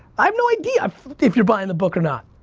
i have no idea if you're buying the book or not.